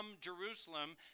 Jerusalem